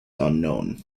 unknown